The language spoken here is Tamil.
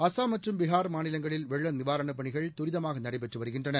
அசாம் மற்றும் பீகார் மாநிலங்களில் வெள்ள நிவாரணப் பணிகள் துரிதமாக நடைபெற்று வருகின்றன